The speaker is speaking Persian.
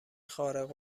خارق